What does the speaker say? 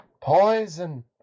Poison